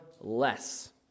less